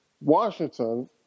Washington